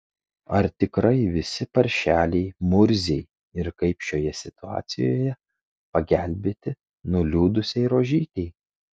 ar tikrai visi paršeliai murziai ir kaip šioje situacijoje pagelbėti nuliūdusiai rožytei